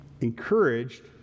encouraged